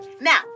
now